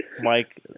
Mike